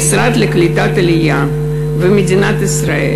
המשרד לקליטת עלייה ומדינת ישראל,